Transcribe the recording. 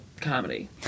comedy